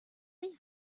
plea